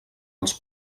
els